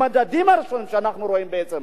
המדדים הראשונים שאנחנו רואים בעצם,